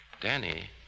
Danny